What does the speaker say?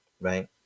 right